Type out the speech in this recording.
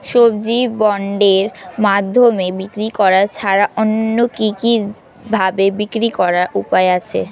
সবজি বন্ডের মাধ্যমে বিক্রি করা ছাড়া অন্য কি কি ভাবে বিক্রি করার উপায় আছে?